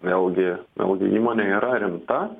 vėlgi vėlgi įmonė yra rimta